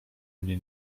mnie